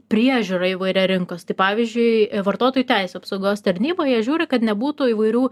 priežiūra įvairia rinkos tai pavyzdžiui vartotojų teisių apsaugos tarnyba jie žiūri kad nebūtų įvairių